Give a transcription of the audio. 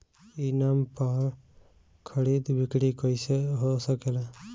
ई नाम पर खरीद बिक्री कैसे हो सकेला?